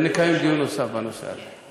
ונקיים דיון נוסף בנושא הזה.